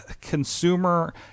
consumer